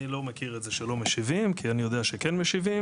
אני לא מכיר את זה שלא משיבים כי אני יודע שכן משיבים.